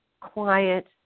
quiet